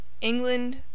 England